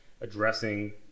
addressing